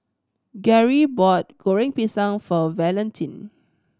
Geri bought Goreng Pisang for Valentine